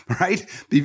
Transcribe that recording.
right